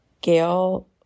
Gail